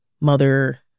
mother